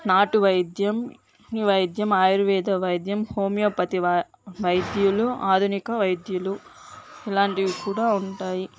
నాటు వైద్యం వైద్యం ఆయుర్వేద వైద్యం హోమియోపతి వై వైద్యులు ఆధునిక వైద్యులు ఇలాంటివి కూడా ఉంటాయి